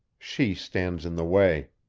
she stands in the way!